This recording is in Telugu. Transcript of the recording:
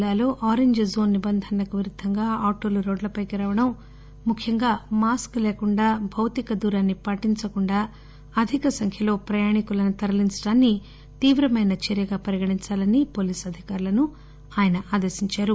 జిల్లాలో అరెంజ్ జోన్ నిబంధనలకు విరుద్దంగా ఆటోలు రోడ్లపైకి రావడం ముఖ్యంగా మాస్కు లేకుండా భౌతిక దూరాన్ని పాటించకూండా అధిక సంఖ్యలో ప్రయాణికులను తరలించడాన్ని తీవ్రమైన చర్వగా పరిగణించాలని పోలీస్ అధికారులను ఆయన ఆదేశించారు